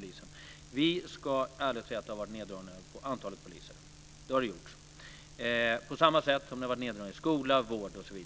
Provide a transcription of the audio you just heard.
Jag vet att det har gjorts neddragningar av antalet poliser. På samma sätt har det varit neddragningar i skola, vård osv.